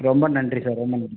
ரொம்ப நன்றி சார் ரொம்ப நன்